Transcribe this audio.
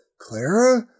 clara